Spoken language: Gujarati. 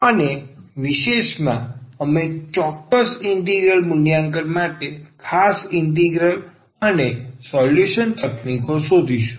અને વિશેષમાં અમે ચોક્કસ ઇન્ટિગ્રલ મૂલ્યાંકન માટે ખાસ ઇન્ટિગ્રલ અને સોલ્યુશન તકનીકો શોધીશું